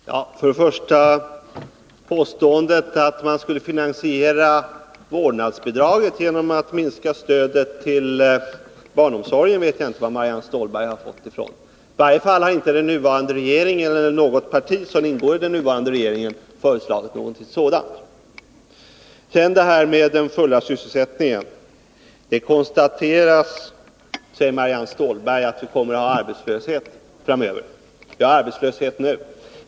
Herr talman! För det första vet jag inte varifrån Marianne Stålberg har fått påståendet att man skulle finansiera vårdnadsbidraget genom att minska stödet till barnomsorgen. I varje fall har inte den nuvarande regeringen eller något parti som ingår i den föreslagit någonting sådant. För det andra säger Marianne Stålberg beträffande den fulla sysselsättningen att det konstaterats att vi kommer att ha arbetslöshet framöver, och hon pekar på att vi har arbetslöshet redan nu.